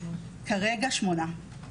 כרגע שמונה.